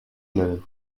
nennen